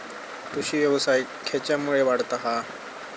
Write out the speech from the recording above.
कृषीव्यवसाय खेच्यामुळे वाढता हा?